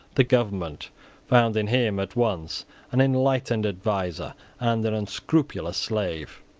the government found in him at once an enlightened adviser and an unscrupulous slave.